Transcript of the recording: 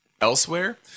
elsewhere